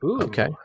Okay